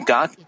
God